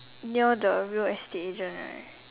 near the real estate agent right